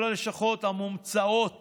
כל הלשכות המומצאות